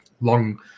long